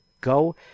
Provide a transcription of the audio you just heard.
go